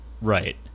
Right